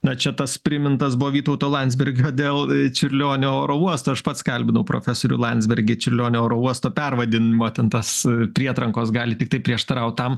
na čia tas primintas buvo vytauto landsbergio dėl čiurlionio oro uosto aš pats kalbinau profesorių landsbergį čiurlionio oro uosto pervadinimo ten tas prietrankos gali tiktai prieštaraut tam